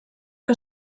que